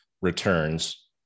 returns